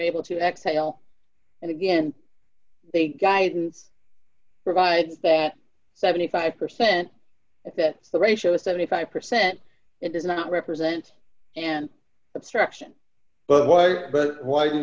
able to exhale and again the guidance provides that seventy five percent if that's the ratio is seventy five percent it does not represent an obstruction but why but why do